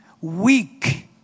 weak